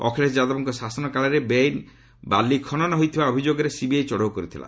ଅଖିଳେଶ ଯାଦବଙ୍କ ଶାସନ କାଳରେ ବେଆଇନ୍ ବାଲିଖନନ ହୋଇଥିବା ଅଭିଯୋଗରେ ସିବିଆଇ ଚଢ଼ଉ କରାଯାଇଥିଲା